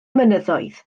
mynyddoedd